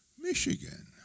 Michigan